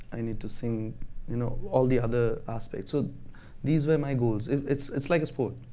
i need to sing you know all the other aspects. so these were my goals. it's it's like a sport.